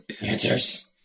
Answers